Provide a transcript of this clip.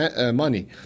money